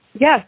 Yes